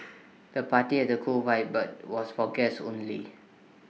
the party had A cool vibe but was for guests only